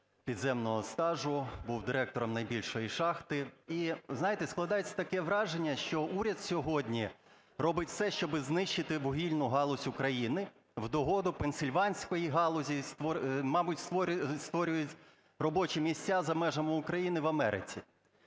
підземного стажу, був директором найбільшої шахти. І, знаєте, складається таке враження, що уряд сьогодні робить все, щоби знищити вугільну галузь України в догоду пенсільванської галузі, мабуть, створюють робочі місця за межами України в Америці.